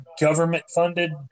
government-funded